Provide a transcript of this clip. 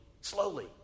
slowly